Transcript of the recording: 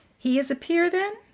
he is a peer, then?